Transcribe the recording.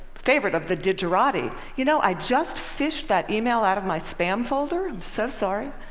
favorite of the digiratti, you know, i just fished that email out of my spam folder. um so sorry.